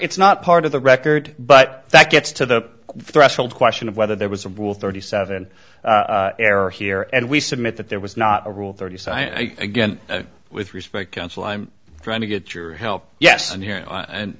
it's not part of the record but that gets to the threshold question of whether there was a rule thirty seven error here and we submit that there was not a rule thirty so i again with respect counsel i'm trying to get your help yes and